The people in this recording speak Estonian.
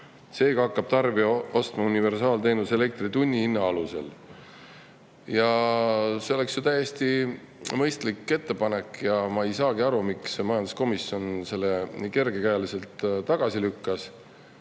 Seega hakkab tarbija ostma universaalteenust elektri tunnihinna alusel. See on täiesti mõistlik ettepanek. Ma ei saagi aru, miks majanduskomisjon selle nii kergekäeliselt tagasi lükkas.